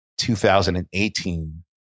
2018